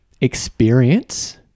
experience